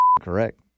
correct